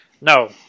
no